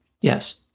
Yes